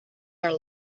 are